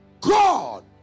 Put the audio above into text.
God